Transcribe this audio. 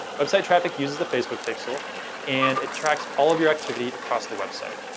website traffic uses the facebook pixel and it tracks all of your activity across the website.